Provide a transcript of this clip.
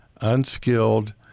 unskilled